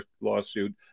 lawsuit